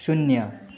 शून्य